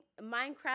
Minecraft